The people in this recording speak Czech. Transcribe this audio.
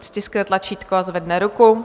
Ať stiskne tlačítko a zvedne ruku.